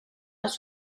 los